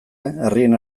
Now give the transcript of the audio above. herrien